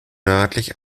nördlich